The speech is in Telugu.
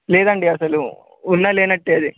లేదండి అసలు ఉన్నా లేనట్టే అది